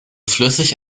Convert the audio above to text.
flüssig